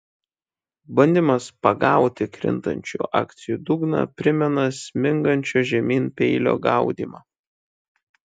bandymas pagauti krintančių akcijų dugną primena smingančio žemyn peilio gaudymą